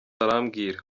arambwira